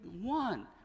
one